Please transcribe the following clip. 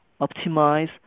optimize